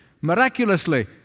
miraculously